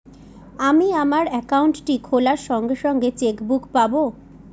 আমি আমার একাউন্টটি খোলার সঙ্গে সঙ্গে চেক বুক পাবো?